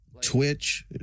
Twitch